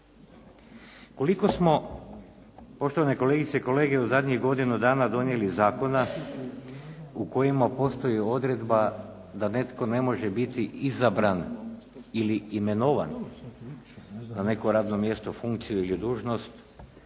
Koliko smo poštovane kolegice i kolege u zadnjih godinu dana donijeli zakona u kojima postoji odredba da netko ne može biti izabran ili imenovan na neko radno mjesto, funkciju ili dužnost